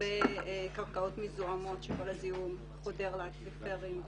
הרבה קרקעות מזוהמות כשכל הזיהום חודר לאקוויפרים.